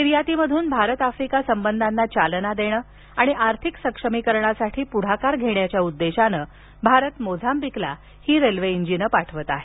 निर्यातीमधून Bharat Africa संबंधांना चालना देणे आणि आर्थिक सक्षमीकरणासाठी पुढाकार घेण्याच्या उद्देशाने भारत मोझांबिकला ही रेल्वे इंजिन पाठवत आहे